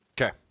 Okay